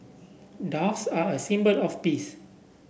doves are a symbol of peace